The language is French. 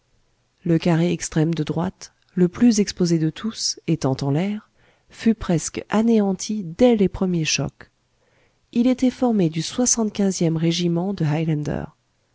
le carré extrême de droite le plus exposé de tous étant en l'air fut presque anéanti dès les premiers chocs il était formé du ème régiment de